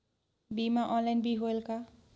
बीमा ऑनलाइन भी होयल का?